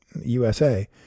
usa